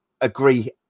agree